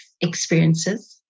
experiences